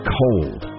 cold